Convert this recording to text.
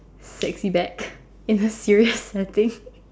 sexy back and I'm serious I think